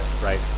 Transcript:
right